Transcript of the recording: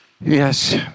Yes